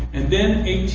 and then